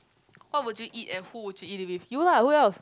what would you eat and who would you eat it with you lah who else